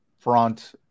front